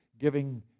giving